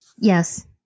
Yes